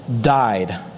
died